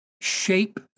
shape